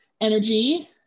energy